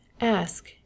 Ask